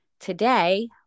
today